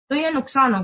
तो यह नुकसान होगा